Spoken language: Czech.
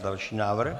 Další návrh.